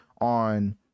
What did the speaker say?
on